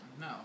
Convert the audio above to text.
No